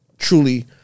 Truly